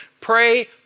pray